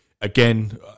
again